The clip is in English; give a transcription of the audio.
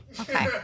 Okay